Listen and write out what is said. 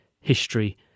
history